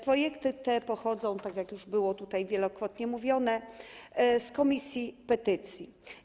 Projekty te pochodzą, jak już było tutaj wielokrotnie mówione, z komisji petycji.